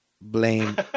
blame